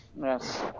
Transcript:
Yes